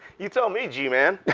you tell me, g-man.